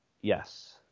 Yes